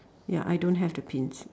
ya I don't have the pins